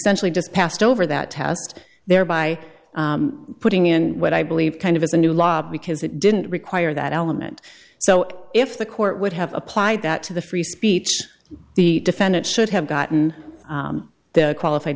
specially just passed over that test thereby putting in what i believe kind of as a new law because it didn't require that element so if the court would have applied that to the free speech the defendant should have gotten the qualified